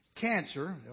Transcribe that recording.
cancer